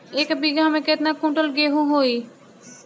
एक बीगहा में केतना कुंटल गेहूं होई?